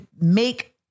make